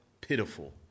pitiful